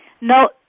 no